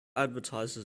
advertises